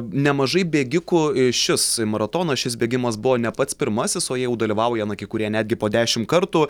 nemažai bėgikų šis maratonas šis bėgimas buvo ne pats pirmasis o jau dalyvauja na kai kurie netgi po dešim kartų